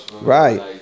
Right